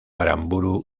aramburu